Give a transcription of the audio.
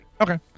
Okay